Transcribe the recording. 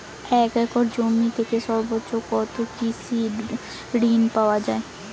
এক একর জমি থেকে সর্বোচ্চ কত কৃষিঋণ পাওয়া য়ায়?